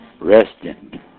resting